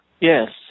Yes